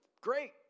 great